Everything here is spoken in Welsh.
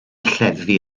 lleddfu